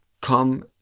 come